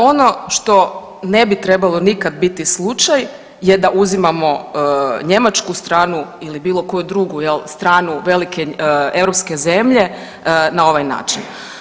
Ono što ne bi trebalo nikad biti slučaj je da uzimamo njemačku stranu ili bilo koju drugu, je li, stranu, velike europske zemlje na ovaj način.